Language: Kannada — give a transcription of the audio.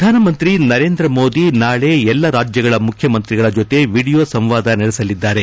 ಪ್ರಧಾನಮಂತ್ರಿ ನರೇಂದ್ರ ಮೋದಿ ನಾಳೆ ಎಲ್ಲಾ ರಾಜ್ಯಗಳ ಮುಖ್ಯಮಂತ್ರಿಗಳ ಜೊತೆ ವಿಡಿಯೋ ಸಂವಾದ ನಡೆಸಲಿದ್ದಾರೆ